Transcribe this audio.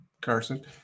Carson